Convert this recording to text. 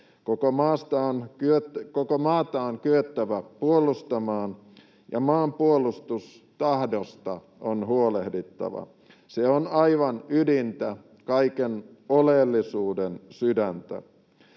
Koko maata on kyettävä puolustamaan, ja maanpuolustustahdosta on huolehdittava. Se on aivan ydintä, kaiken oleellisuuden sydäntä.